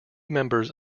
members